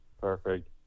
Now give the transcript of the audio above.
Perfect